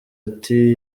ati